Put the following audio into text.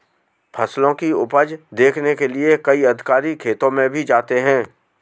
फसलों की उपज देखने के लिए कई अधिकारी खेतों में भी जाते हैं